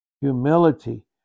Humility